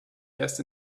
erst